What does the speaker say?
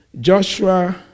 Joshua